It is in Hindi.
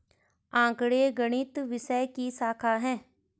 आंकड़े गणित विषय की शाखा हैं